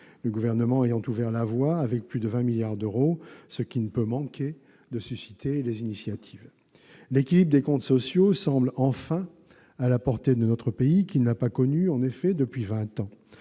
Le Gouvernement a ouvert la voie avec plus de 20 milliards d'euros, ce qui ne saurait manquer de susciter des initiatives. L'équilibre des comptes sociaux semble enfin à la portée de notre pays, qui n'a pas connu une telle situation